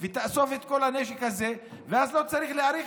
ותאסוף את כל הנשק הזה ואז לא צריך להאריך,